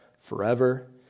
forever